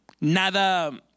nada